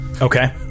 Okay